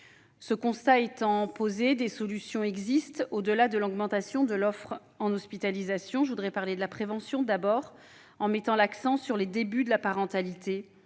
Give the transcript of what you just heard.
Ce constat étant posé, des solutions existent. Au-delà de l'augmentation de l'offre en hospitalisation, je voudrais tout d'abord parler de la prévention, en mettant l'accent sur les débuts de la parentalité,